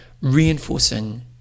reinforcing